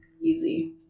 Easy